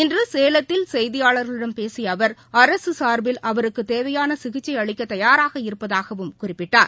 இன்றுசேலத்தில் செய்தியாளாகளிடம் பேசியஅவர் அரசுகாா்பில அவருக்குத் தேவையானசிகிச்சைஅளிக்கதயாராக இருப்பதாகவும் குறிப்பிட்டார்